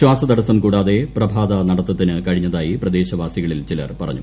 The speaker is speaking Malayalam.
ശ്വാസതടസ്സം കൂടാതെ പ്രഭാത നടത്തത്തിന് കഴിഞ്ഞതായി പ്രദേശവാസികളിൽ ചിലർ പറഞ്ഞു